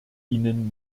ihnen